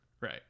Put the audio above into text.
right